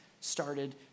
started